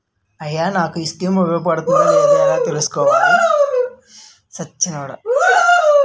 అయ్యా నాకు ఈ స్కీమ్స్ ఉపయోగ పడతయో లేదో ఎలా తులుసుకోవాలి?